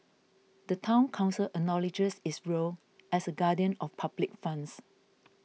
the Town Council acknowledges its role as a guardian of public funds